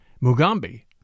Mugambi